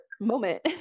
moment